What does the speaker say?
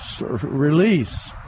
release